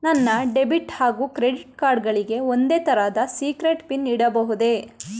ನನ್ನ ಡೆಬಿಟ್ ಹಾಗೂ credit card ಗಳಿಗೆ ಒಂದೇ ತರಹದ ಸೀಕ್ರೇಟ್ ಪಿನ್ ಇಡಬಹುದೇ?